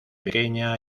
pequeña